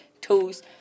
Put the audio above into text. tools